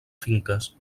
finques